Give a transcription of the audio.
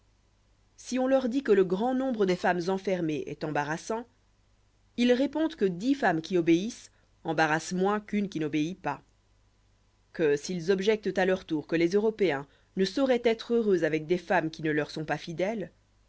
si on leur dit que le grand nombre de femmes enfermées est embarrassant ils répondent que dix femmes qui obéissent embarrassent moins qu'une qui n'obéit pas que s'ils objectent à leur tour que les européens ne sauroient être heureux avec des femmes qui ne leur sont pas fidèles